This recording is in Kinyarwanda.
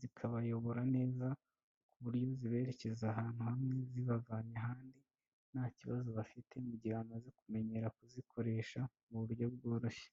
zikabayobora neza ku buryo ziberekeza ahantu hamwe zibavanye ahandi nta kibazo bafite mu gihe bamaze kumenyera kuzikoresha mu buryo bworoshye.